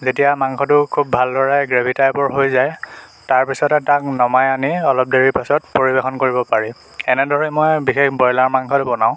যেতিয়া মাংসটো খুব ভালদৰে গ্ৰেভি টাইপৰ হৈ যায় তাৰপিছতে তাক নমাই আনি অলপ দেৰি পাছত পৰিৱেশন কৰিব পাৰি এনেদৰে মই বিশেষকৈ ব্ৰয়লাৰ মাংস বনাওঁ